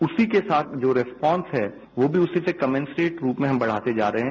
उसी के साथ जो रिस्पान्स हैं वो भी उसी से कमिसरेट रूप में हम बढ़ाते जा रहे हैं